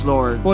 Lord